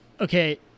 Okay